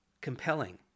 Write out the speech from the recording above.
compelling